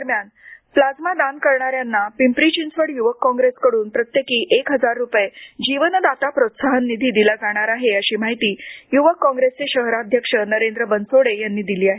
दरम्यान प्लाझ्मा दान करण्याऱ्यांना पिंपरी चिंचवड शहर जिल्हा युवक काँग्रेसकड्रन प्रत्येकी एक हजार रूपये जीवनदाता प्रोत्साहन निधी दिला जाणार आहे अशी माहिती युवक काँग्रेसचे शहराध्यक्ष नरेंद्र बनसोडे यांनी दिली आहे